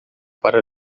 para